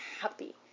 happy